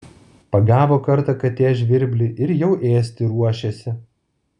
pagavo kartą katė žvirblį ir jau ėsti ruošiasi